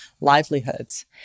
livelihoods